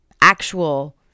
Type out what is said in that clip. actual